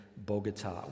Bogota